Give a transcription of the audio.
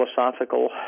philosophical